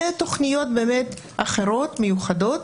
אלה תכניות אחרות, מיוחדות,